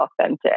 authentic